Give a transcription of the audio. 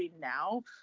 now